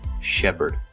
shepherd